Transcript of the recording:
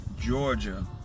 Georgia